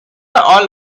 all